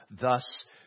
thus